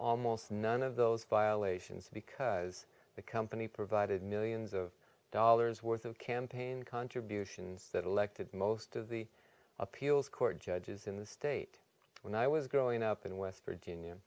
almost none of those violations because the company provided millions of dollars worth of campaign contributions that elected most of the appeals court judges in the state when i was growing up in west virginia